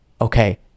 okay